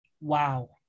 Wow